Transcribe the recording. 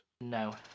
No